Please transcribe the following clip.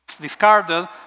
discarded